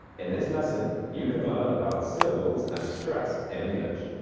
in this lesson, you can learn about syllables and stress in english.